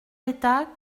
d’état